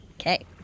Okay